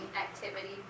activity